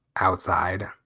outside